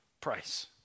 price